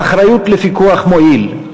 האחריות לפיקוח מועיל,